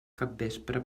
capvespre